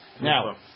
Now